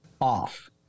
off